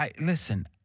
Listen